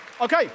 okay